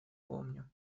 помню